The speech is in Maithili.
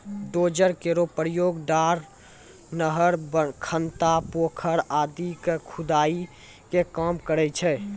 डोजर केरो प्रयोग डार, नहर, खनता, पोखर आदि क खुदाई मे काम करै छै